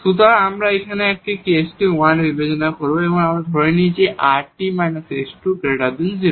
সুতরাং আমরা এখন এই কেসটি 1 বিবেচনা করব যেখানে আমরা ধরে নিই যে এই rt − s2 0 সেই ক্ষেত্রে 1